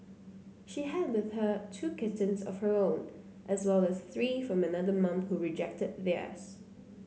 she had with her two kittens of her own as well as three from another mum who rejected